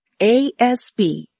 ASB